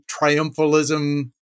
triumphalism